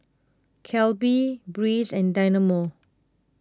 Calbee Breeze and Dynamo